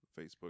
Facebook